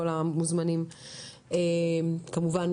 כל המוזמנים כמובן,